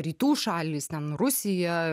rytų šalys ten rusija